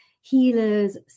healers